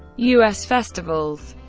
us festivals